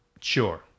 sure